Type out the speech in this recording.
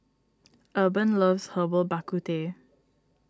Urban loves Herbal Bak Ku Teh